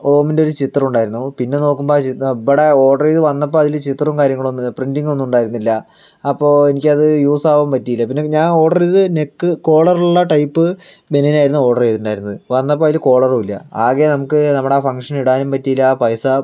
ഓമിൻ്റെ ഒരു ചിത്രമുണ്ടായിരുന്നു പിന്നെ നോക്കുമ്പോൾ ആ ചിത്രം ഇബ്ബടെ ഓർഡർ ചെയ്ത് വന്നപ്പോൾ അതിൽ ചിത്രവും കാര്യങ്ങളും ഒന്നുമില്ല പ്രിന്റ്റിങ്ങൊന്നും ഉണ്ടായിരുന്നില്ല അപ്പോൾ എനിക്കത് യൂസ് ആകാൻ പറ്റിയില്ല പിന്നെ ഞാൻ ഓർഡർ ചെയ്ത നെക്ക് കോളറുള്ള ടൈപ്പ് ബനിയനായിരുന്നു ഓർഡർ ചെയ്തിട്ടുണ്ടായിരുന്നത് വന്നപ്പോൾ അതിൽ കോളറുമില്ല ആകെ നമുക്ക് നമ്മുടെ ആ ഫങ്ക്ഷനിൽ ഇടാനും പറ്റിയില്ല പൈസ